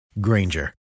Granger